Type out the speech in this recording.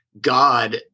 God